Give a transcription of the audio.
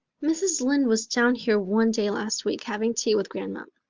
mrs. lynde was down here one day last week having tea with grandma,